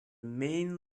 main